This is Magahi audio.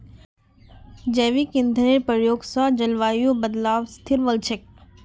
जैविक ईंधनेर प्रयोग स जलवायुर बदलावत स्थिल वोल छेक